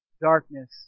darkness